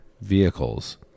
vehicles